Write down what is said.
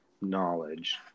knowledge